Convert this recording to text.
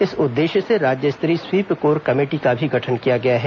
इस उद्देश्य से राज्य स्तरीय स्वीप कोर कमेटी का भी गठन किया गया है